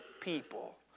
people